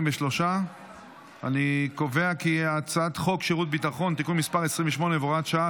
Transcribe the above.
43. אני קובע כי הצעת חוק שירות ביטחון (תיקון מס' 28 והוראת שעה),